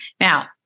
Now